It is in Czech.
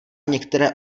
některé